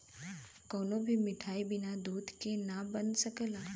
कवनो भी मिठाई बिना दूध के ना बन सकला